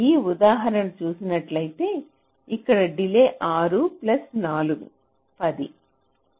ఈ ఉదాహరణ చూసినట్లయితే ఇక్కడ డిలే 6 ప్లస్ 4 10